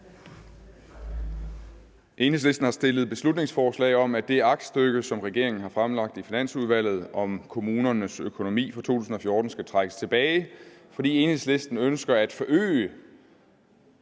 Enhedslisten har fremsat beslutningsforslag om, at det aktstykke, som regeringen har lagt frem i Finansudvalget, om kommunernes økonomi for 2014 skal trækkes tilbage, fordi Enhedslisten ønsker at forøge